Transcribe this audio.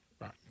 Right